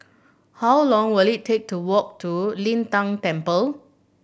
how long will it take to walk to Lin Tan Temple